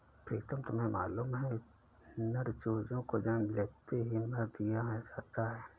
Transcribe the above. प्रीतम तुम्हें मालूम है नर चूजों को जन्म लेते ही मार दिया जाता है